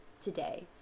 today